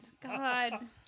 God